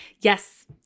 Yes